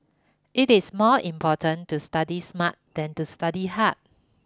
it is more important to study smart than to study hard